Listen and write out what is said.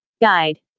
Guide